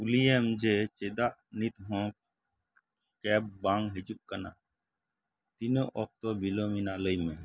ᱠᱩᱞᱤᱭᱮᱢ ᱡᱮ ᱪᱮᱫᱟᱜ ᱱᱤᱛ ᱦᱚᱸ ᱠᱮᱵᱽ ᱵᱟᱝ ᱦᱤᱡᱩᱜ ᱠᱟᱱᱟ ᱛᱤᱱᱟᱹᱜ ᱚᱠᱛᱚ ᱵᱤᱞᱚᱢᱮᱱᱟ ᱢᱟ ᱞᱟᱹᱭ ᱢᱮ